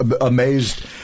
amazed